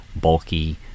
bulky